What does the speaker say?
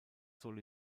soll